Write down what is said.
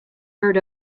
heard